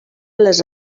les